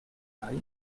hai